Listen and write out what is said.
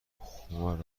خمار